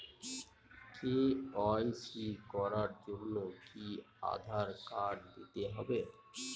KYC করার জন্য কি আধার কার্ড দিতেই হবে?